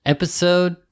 Episode